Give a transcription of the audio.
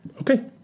Okay